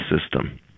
system